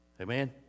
Amen